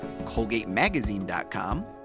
colgatemagazine.com